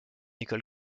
école